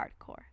hardcore